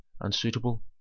unsuitable